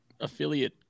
affiliate